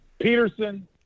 Peterson